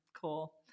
Cool